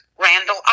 Randall